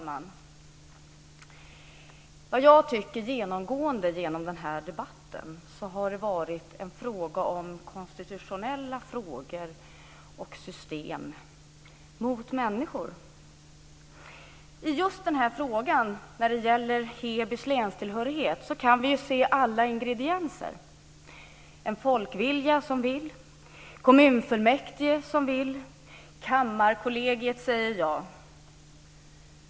Fru talman! Genomgående i debatten har det varit konstitutionella frågor och system mot människor. I frågan om Hebys länstillhörighet kan vi se alla ingredienser. Det finns en folkvilja som säger ja till att byta län. Kommunfullmäktige säger ja. Kammarkollegiet säger ja.